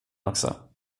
också